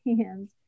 hands